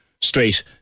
straight